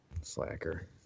slacker